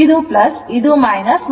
ಇದು ಇದು